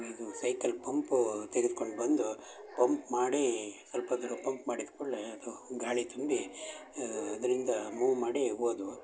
ಇದು cycle pump ತೆಗೆದ್ಕೊಂಡು ಬಂದು ಪಂಪ್ ಮಾಡಿ ಸ್ವಲ್ಪ ದೂರ ಪಂಪ್ ಮಾಡಿದ ಕೂಡಲೇ ಅದು ಗಾಳಿ ತುಂಬಿ ಅದರಿಂದ ಮೂವ್ ಮಾಡಿ ಹೋದ್ವು